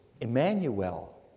Emmanuel